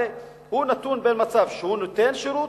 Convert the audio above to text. הרי הוא נתון במצב שהוא נותן שירות,